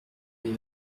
mes